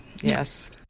Yes